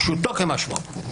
פשוטו כמשמעו.